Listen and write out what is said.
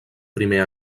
primer